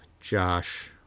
Josh